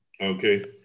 okay